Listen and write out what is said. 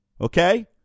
Okay